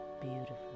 beautiful